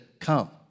Come